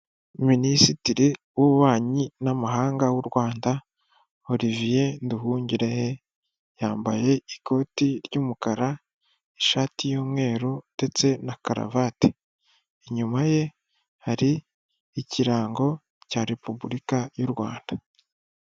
Minisitiri w'ububanyi n'amahanga w'u Rwanda Olivier Nduhungirehe, yambaye ikoti ry'umukara, ishati y'umweru ndetse na karavati. Inyuma ye hari ikirango cya repubulika y'u Rwanda.